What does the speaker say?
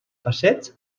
passeig